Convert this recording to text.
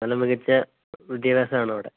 നല്ല മികച്ച വിദ്യാഭ്യാസമാണോ അവിടെ